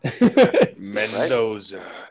Mendoza